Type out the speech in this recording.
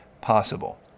possible